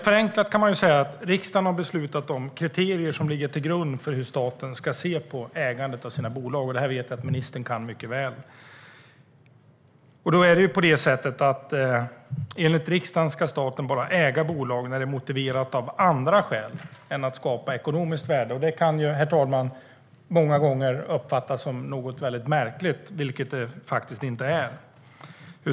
Förenklat kan man säga att riksdagen har beslutat om kriterier som ligger till grund för hur staten ska se på ägandet av sina bolag. Det här vet jag att ministern kan mycket väl. Enligt riksdagen ska staten äga bolag bara när det är motiverat av andra skäl än att skapa ekonomiskt värde. Det kan, herr talman, många gånger uppfattas som något märkligt, vilket det faktiskt inte är.